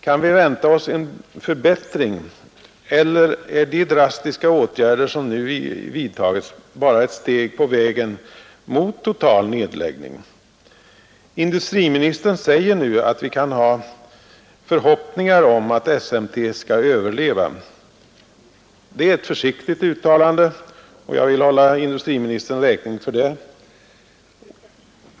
Kan vi vänta oss en förbättring, eller är de drastiska åtgärder som nu vidtas bara ett steg på vägen mot total nedläggning? Industriministern säger nu att vi kan ha förhoppningar om att SMT skall överleva. Det är ett försiktigt uttalande, och jag vill hålla industriministern räkning för det.